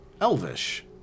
Elvish